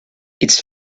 its